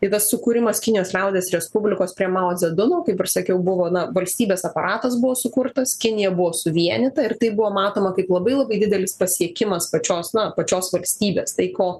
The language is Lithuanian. ir tas sukūrimas kinijos liaudies respublikos prie mao dzedungo kaip ir sakiau buvo na valstybės aparatas buvo sukurtas kinija buvo suvienyta ir tai buvo matoma kaip labai labai didelis pasiekimas pačios na pačios valstybės tai ko